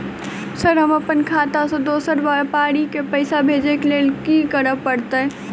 Sir हम अप्पन खाता सऽ दोसर व्यापारी केँ पैसा भेजक लेल की करऽ पड़तै?